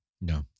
No